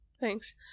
Thanks